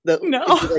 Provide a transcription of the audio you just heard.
No